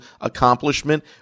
accomplishment